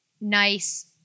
nice